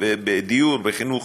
בחינוך,